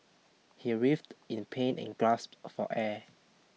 he writhed in pain and grasped for air